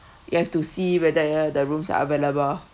you have to see whether the rooms are available